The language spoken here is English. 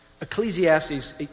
Ecclesiastes